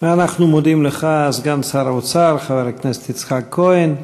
אנחנו מודים לך, סגן שר האוצר חבר הכנסת יצחק כהן.